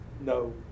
no